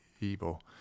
evil